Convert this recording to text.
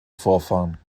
vorfahren